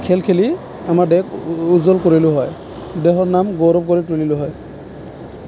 খেল খেলি আমাৰ দেশ উজ্বল কৰিলোঁ হয় দেশৰ নাম গৌৰৱ কৰি তুলিলোঁ হয়